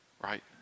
right